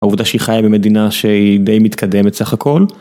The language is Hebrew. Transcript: העובדה שהיא חיה במדינה שהיא די מתקדמת סך הכל